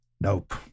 Nope